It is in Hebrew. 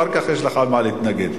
הנמקה מהמקום.